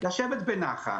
לשבת בנחת